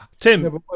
Tim